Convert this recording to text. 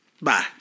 Bye